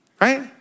right